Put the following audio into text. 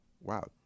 wow